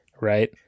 right